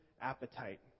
appetite